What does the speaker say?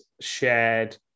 shared